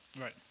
Right